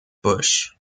bush